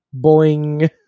Boing